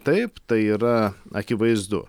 taip tai yra akivaizdu